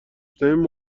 شنویم